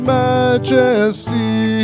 majesty